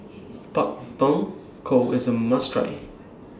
Pak Thong Ko IS A must Try